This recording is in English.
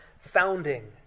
founding